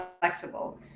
flexible